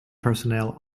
personnel